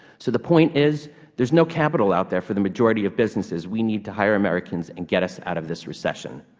so the point is there is no capital out there for the majority of businesses. we need to hire americans and get us out of this recession.